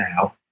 now